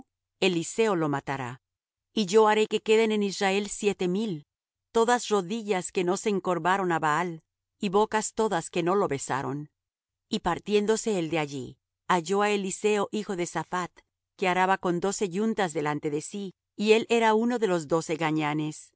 eliseo lo matará y yo haré que queden en israel siete mil todas rodillas que no se encorvaron á baal y bocas todas que no lo besaron y partiéndose él de allí halló á eliseo hijo de saphat que araba con doce yuntas delante de sí y él era uno de los doce